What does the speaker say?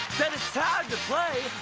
then it's time to play